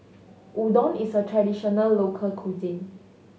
udon is a traditional local cuisine